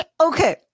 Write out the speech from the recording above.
okay